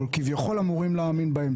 או כביכול אמורים להאמין בו.